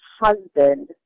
husband